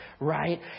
right